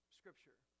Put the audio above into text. scripture